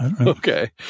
Okay